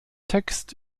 text